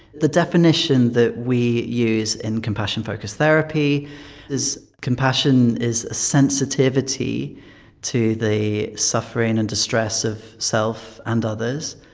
the definition that we use in compassion focused therapy is compassion is a sensitivity to the suffering and distress of self and others.